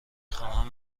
خواهم